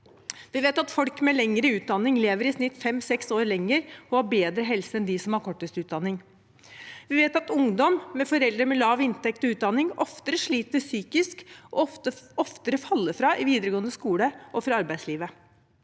Vi vet at folk med lengre utdanning lever i snitt fem– seks år lenger og har bedre helse enn dem som har kortest utdanning. Vi vet at ungdom med foreldre med lav inntekt og utdanning oftere sliter psykisk og oftere faller fra i videregående skole og i arbeidslivet.